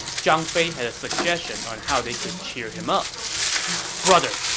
zhang fei had a suggestion on how they could cheer him up brother,